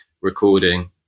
recording